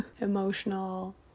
emotional